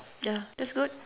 ya that's good